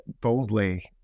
boldly